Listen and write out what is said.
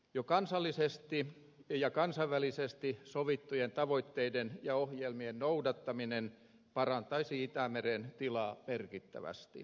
jo kansallisesti ja kansainvälisesti sovittujen tavoitteiden ja ohjelmien noudattaminen parantaisi itämeren tilaa merkittävästi